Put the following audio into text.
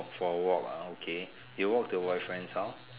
for a walk ah okay do you walk to your boyfriend's house